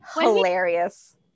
Hilarious